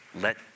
let